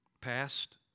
past